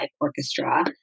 orchestra